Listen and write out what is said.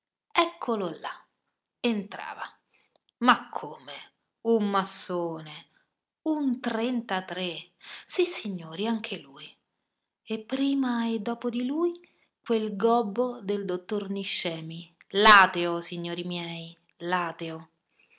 eccolo là entrava ma come un massone un trentatré sissignori anche lui e prima e dopo di lui quel gobbo del dottor niscemi l'ateo signori miei